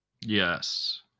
Yes